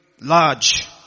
large